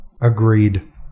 Agreed